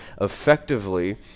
effectively